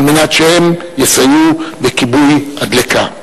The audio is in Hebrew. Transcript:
על מנת שהם יסייעו בכיבוי הדלקה.